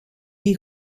die